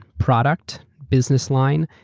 product, business line,